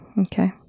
Okay